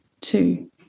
two